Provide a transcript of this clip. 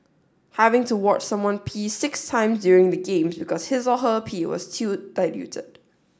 having to watch someone pee six times during the Games because his or her pee was too diluted